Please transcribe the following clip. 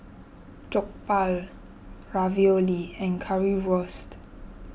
Jokbal Ravioli and Currywurst